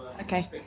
okay